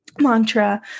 mantra